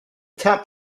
tap